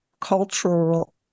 cultural